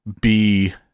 be-